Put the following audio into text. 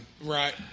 Right